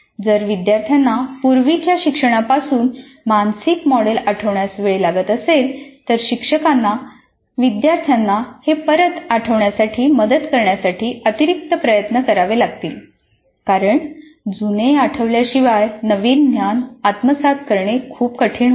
जर विद्यार्थ्यांना पूर्वीच्या शिक्षणापासून मानसिक मॉडेल आठवण्यास वेळ लागत असेल तर शिक्षकांना विद्यार्थ्यांना हे परत आठवण्यासाठी मदत करण्यासाठी अतिरिक्त प्रयत्न करावे लागतील कारण जुने आठवल्याशिवाय नवीन ज्ञान आत्मसात करणे खूप कठीण होते